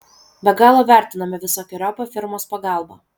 be galo vertiname visokeriopą firmos pagalbą